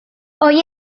hoy